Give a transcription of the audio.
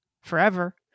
forever